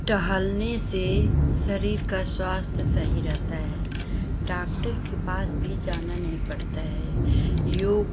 टहलने से शरीर का स्वास्थ्य सही रहता है डॉक्टर के पास भी जाना नहीं पड़ता है योग